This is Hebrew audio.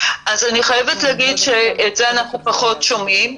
אני חייבת להגיד שאת זה אנחנו פחות שומעים,